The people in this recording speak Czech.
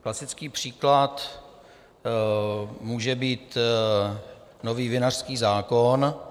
Klasický příklad může být nový vinařský zákon.